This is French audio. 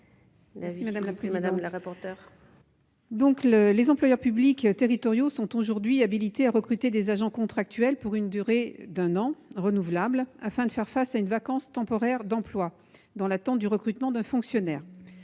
l'avis de la commission ? Les employeurs publics territoriaux sont aujourd'hui habilités à recruter des agents contractuels pour une durée d'un an renouvelable, afin de faire face à une vacance temporaire d'emploi, dans l'attente du recrutement d'un fonctionnaire.